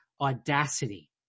audacity